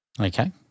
Okay